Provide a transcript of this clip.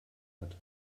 hat